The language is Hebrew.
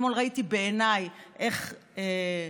אתמול ראיתי בעיניי איך,